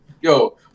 yo